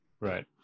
Right